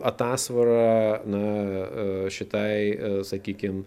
atasvarą na a šitai sakykim